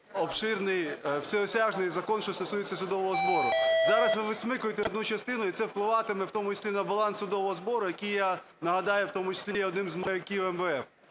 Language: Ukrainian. обширний, всеосяжний закон, що стосується судового збору. Зараз ви висмикуєте одну частину, і це впливатиме в тому числі на баланс судового збору, який, я нагадаю, в тому числі є одним з маяків МВФ.